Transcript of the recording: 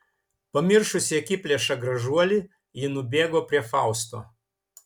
pamiršusi akiplėšą gražuolį ji nubėgo prie fausto